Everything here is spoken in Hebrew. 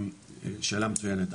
שאלה מצויינת,